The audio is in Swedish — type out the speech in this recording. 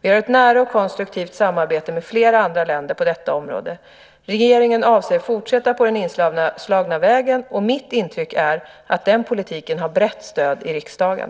Vi har ett nära och konstruktivt samarbete med flera andra länder på detta område. Regeringen avser att fortsätta på den inslagna vägen, och mitt intryck är att den politiken har brett stöd i riksdagen.